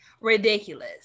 ridiculous